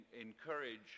encourage